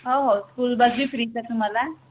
हो हो स्कूलबसही फ्रीच आहे तुम्हाला